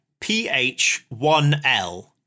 ph1l